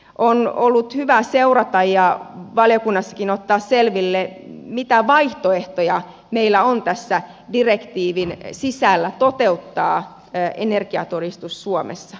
on ollut hyvä seurata ja valiokunnassakin ottaa selville mitä vaihtoehtoja meillä on tässä direktiivin sisällä toteuttaa energiatodistus suomessa